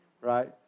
right